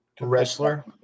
Wrestler